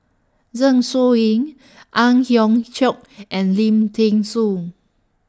Zeng Shouyin Ang Hiong Chiok and Lim Thean Soo